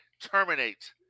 terminate